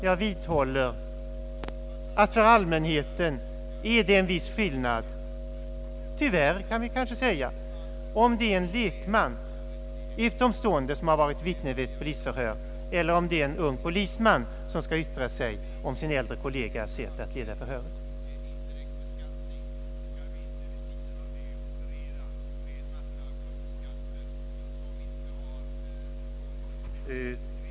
Jag vidhåller att det för allmänheten är en viss skillnad, tyvärr kan vi kanske säga, om det är en lekman, en utomstående som är vittne vid ett polisförhör eller om det är en polisman som sedan kanske skall yttra sig om sin äldre kollegas sätt att leda förhöret.